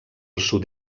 sud